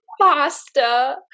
pasta